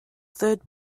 third